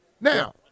Now